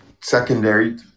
secondary